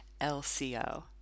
LCO